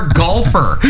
golfer